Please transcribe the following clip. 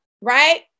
right